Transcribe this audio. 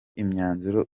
imyanzuro